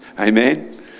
Amen